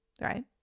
right